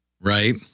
right